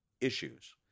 issues